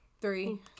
Three